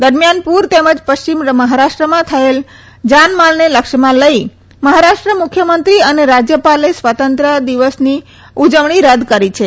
દરમિયાન પુર તેમજ પશ્ચિમ મહારાષ્ટ્રમાં થયેલ જાનમાલને લક્ષ્યમાં લઈ મહારાષ્ટ્ર મુખ્યમંત્રી અને રાજ્યપાલે સ્વાતંત્ર્ય દિવસની ઉજવણી રદ કરી છે